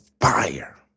fire